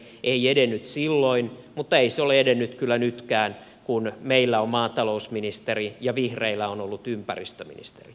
ei edennyt silloin mutta ei se ole edennyt kyllä nytkään kun meillä on maatalousministeri ja vihreillä on ollut ympäristöministeri